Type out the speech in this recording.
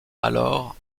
alors